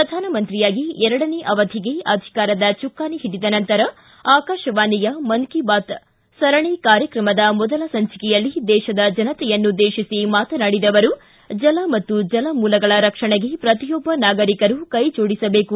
ಪ್ರಧಾನಮಂತ್ರಿಯಾಗಿ ಎರಡನೇ ಅವಧಿಗೆ ಅಧಿಕಾರದ ಚುಕ್ಕಾಣಿ ಹಿಡಿದ ನಂತರ ಆಕಾಶವಾಣಿಯ ಮನ್ ಕೀ ಬಾತ್ ಸರಣಿ ಕಾರ್ಯಕ್ರಮದ ಮೊದಲ ಸಂಚಿಕೆಯಲ್ಲಿ ದೇಶದ ಜನತೆಯನ್ನುದ್ದೇಶಿಸಿ ಮಾತನಾಡಿದ ಅವರು ಜಲ ಮತ್ತು ಜಲ ಮೂಲಗಳ ರಕ್ಷಣೆಗೆ ಪ್ರತಿಯೊಬ್ಲ ನಾಗರಿಕರು ಕೈ ಜೋಡಿಸಬೇಕು